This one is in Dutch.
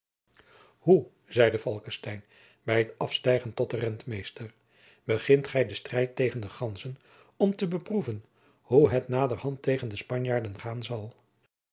hoe zeide falckestein bij t afstijgen tot den rentmeester begint gij den strijd tegen de ganzen om te beproeven hoe het naderhand tegen de spanjaarden gaan zal